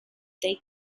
they